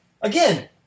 Again